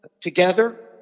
together